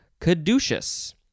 caduceus